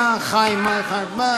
מה, חיים, מה?